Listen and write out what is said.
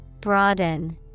Broaden